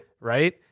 Right